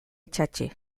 itsatsi